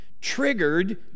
triggered